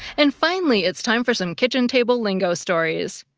and finally, it's time for some kitchen table lingo stories.